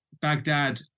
Baghdad